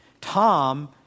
Tom